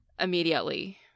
immediately